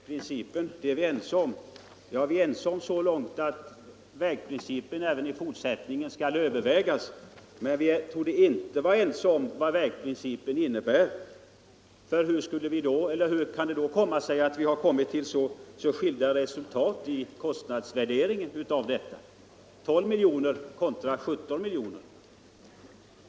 Herr talman! Herr Gustafsson i Stenkyrka säger att vägprincipen är vi ense om. Ja, vi är ense så långt att vägprincipen även i fortsättningen skall övervägas. Men vi torde inte vara ense om vad vägprincipen innebär, för hur kan det då komma sig att vi har kommit till så skilda resultat i fråga om kostnadsvärderingen —- 12 miljoner kontra 17 miljoner?